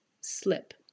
Slip